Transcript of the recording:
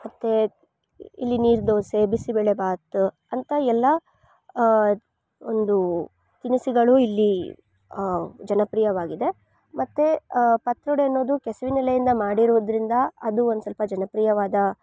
ಮತ್ತು ಇಲ್ಲಿ ನೀರು ದೋಸೆ ಬಿಸಿ ಬೇಳೆಭಾತ್ ಅಂತ ಎಲ್ಲ ಒಂದು ತಿನಿಸುಗಳು ಇಲ್ಲೀ ಜನಪ್ರಿಯವಾಗಿದೆ ಮತ್ತು ಪತ್ರೊಡೆ ಅನ್ನೋದು ಕೆಸುವಿನೆಲೆಯಿಂದ ಮಾಡಿರುವುದರಿಂದ ಅದು ಒಂದು ಸ್ವಲ್ಪ ಜನಪ್ರಿಯವಾದ